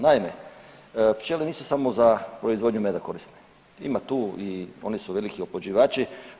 Naime, pčele nisu samo za proizvodnju meda korisne, ima tu i oni su veliki oplođivači.